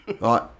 right